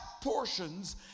portions